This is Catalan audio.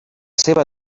seva